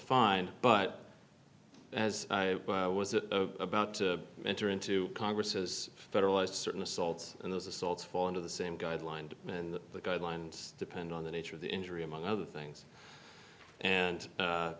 find but as i was a about to enter into congress's federalized certain assaults and those assaults fall into the same guidelines and the guidelines depend on the nature of the injury among other things and